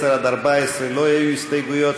ל-10 עד 14 לא היו הסתייגויות.